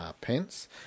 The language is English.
pence